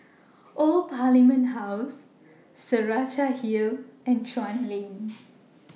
Old Parliament House Saraca Hill and Chuan Lane